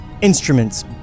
Instruments